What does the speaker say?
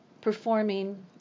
performing